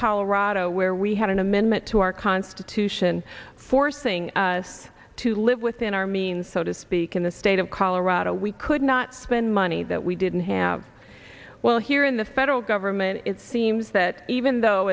colorado where we had an amendment to our constitution forcing us to live within our means so to speak in the state of colorado we could not spend money that we didn't have well here in the federal government it seems that even though